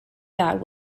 that